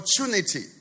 opportunity